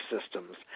systems